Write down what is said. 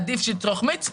עדיף שיצרוך מיץ.